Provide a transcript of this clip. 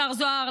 השר זוהר,